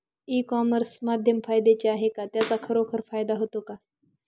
E commerce माध्यम फायद्याचे आहे का? त्याचा खरोखर फायदा होतो का?